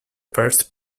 first